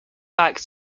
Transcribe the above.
back